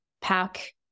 pack